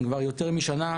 הם כבר יותר משנה,